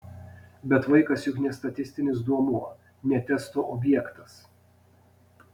bet vaikas juk ne statistinis duomuo ne testo objektas